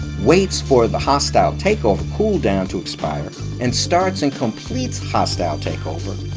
waits for the hostile takeover cooldown to expire and starts and completes hostile takeover,